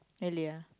really ah